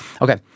Okay